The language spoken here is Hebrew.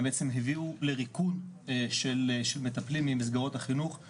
הם בעצם הביאו לריקון של מטפלים ממסגרות החינוך,